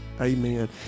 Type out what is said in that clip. Amen